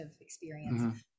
experience